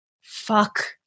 fuck